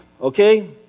Okay